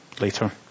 later